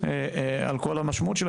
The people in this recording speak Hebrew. על כל המשמעות שלה,